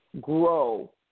grow